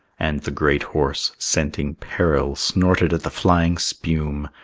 and the great horse, scenting peril, snorted at the flying spume,